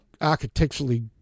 architecturally